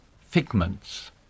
figments